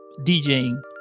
DJing